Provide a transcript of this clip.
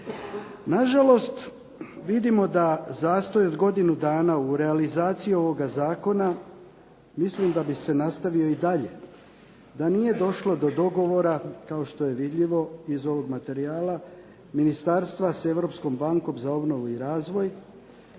Nažalost, vidimo da zastoj od godinu dana u realizaciji ovoga zakona mislim da bi se nastavio i dalje da nije došlo do dogovora kao što je vidljivo iz ovog materijala ministarstva s Europskom bankom za obnovu i razvoj